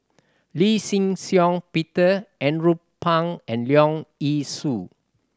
Lee Shih Shiong Peter Andrew Phang and Leong Yee Soo